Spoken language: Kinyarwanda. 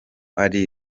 ari